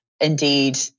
indeed